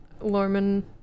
Lorman